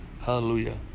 Hallelujah